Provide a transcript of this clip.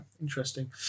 Interesting